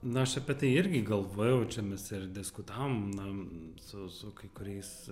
nu aš apie tai irgi galvojau čia mes ir diskutavom na su su kai kuriais